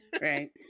Right